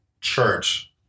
church